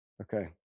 Okay